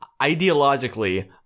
ideologically